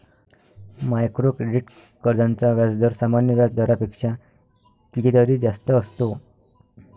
micro credit कर्जांचा व्याजदर सामान्य व्याज दरापेक्षा कितीतरी जास्त असतो